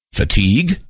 fatigue